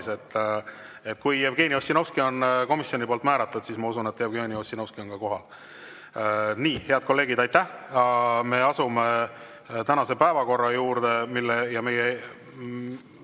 Kui Jevgeni Ossinovski on komisjoni määratud, siis ma usun, et Jevgeni Ossinovski on ka kohal. Nii, head kolleegid, aitäh! Me asume tänase päevakorra juurde. Meie